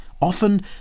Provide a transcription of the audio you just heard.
Often